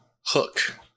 Hook